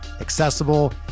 accessible